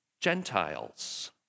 Gentiles